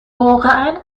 واقعا